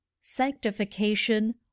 sanctification